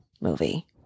movie